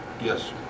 Yes